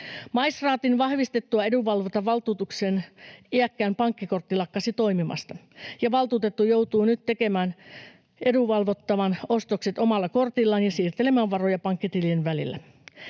Maistraatin vahvistettua edunvalvontavaltuutuksen iäkkään pankkikortti lakkasi toimimasta, ja valtuutettu joutuu nyt tekemään edunvalvottavan ostokset omalla kortillaan ja siirtelemään varoja pankkitilien välillä.